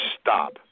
stop